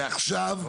ועכשיו,